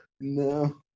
No